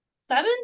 Seven